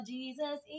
Jesus